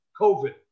COVID